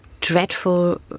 dreadful